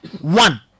one